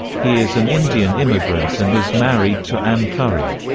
he is an indian immigrant and is married to ann curry.